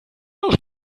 nach